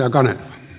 puhemies